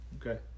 Okay